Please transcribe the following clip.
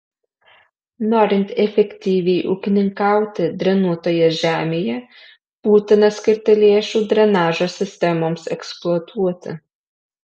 norint efektyviai ūkininkauti drenuotoje žemėje būtina skirti lėšų drenažo sistemoms eksploatuoti